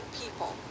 people